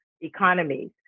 economies